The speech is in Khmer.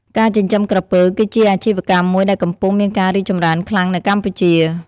ការចិញ្ចឹមក្រពើ គឺជាអាជីវកម្មមួយដែលកំពុងមានការរីកចម្រើនខ្លាំងនៅកម្ពុជា។